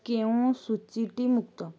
କେଉଁ ସୂଚୀଟି ମୁକ୍ତ